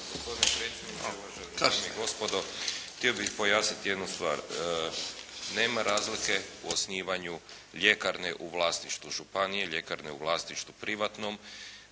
Hvala.